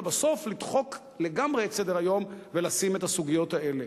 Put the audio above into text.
ובסוף היום לדחוק את זה לגמרי מסדר-היום ולשים את הסוגיות האלה.